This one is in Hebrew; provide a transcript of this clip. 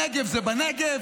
הנגב זה בנגב,